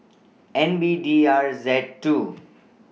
N B D R Z two